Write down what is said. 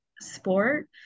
sport